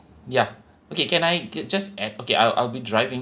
ya okay can I get just at okay I'll I'll be driving